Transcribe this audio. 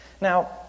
Now